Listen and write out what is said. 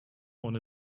ohne